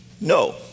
No